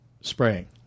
spraying